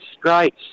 great